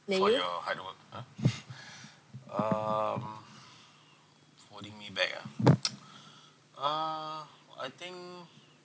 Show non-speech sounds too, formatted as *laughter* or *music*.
for your hard work !huh! *laughs* um holding me back ah *noise* uh I think